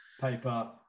paper